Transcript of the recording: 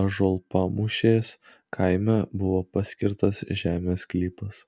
ąžuolpamūšės kaime buvo paskirtas žemės sklypas